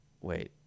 wait